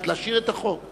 כדי להשאיר את החוק?